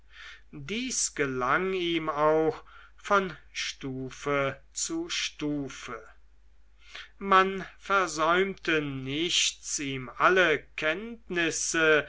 dies gelang ihm auch von stufe zu stufe man versäumte nichts ihm alle kenntnisse